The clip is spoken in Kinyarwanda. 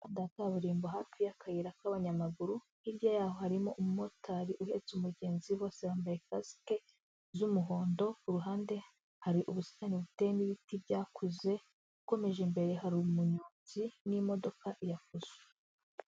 Umuhanda wa kaburimbo hafi y'akayira k'abanyamaguru, hirya yaho harimo umumotari uhetse umugenzi, bose bambaye kasike z'umuhondo, ku ruhande hari ubusitani buteyemo ibiti byakuze, ukomeje imbere hari umunyonzi, n'imodoka ya fuso.